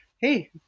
Hey